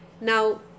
now